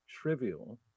trivial